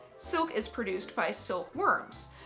silk is produced by silkworms.